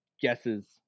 guesses